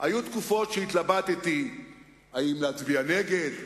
היו תקופות שהתלבטתי אם להצביע נגד,